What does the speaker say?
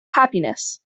happiness